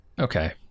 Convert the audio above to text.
okay